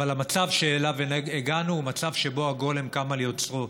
אבל המצב שאליו הגענו הוא מצב שבו הגולם קם על יוצרו.